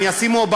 הן ישימו,